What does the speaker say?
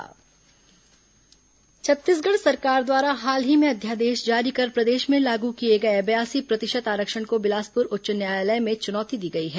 आरक्षण हाईकोर्ट याचिका छत्तीसगढ़ सरकार द्वारा हाल ही में अध्यादेश जारी कर प्रदेश में लागू किए गए बयासी प्रतिशत आरक्षण को बिलासपुर उच्च न्यायालय में चुनौती दी गई है